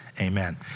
Amen